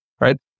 right